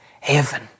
heaven